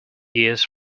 years